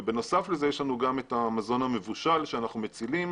ובנוסף לזה יש לנו גם את המזון המבושל שאנחנו מצילים